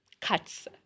cuts